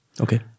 Okay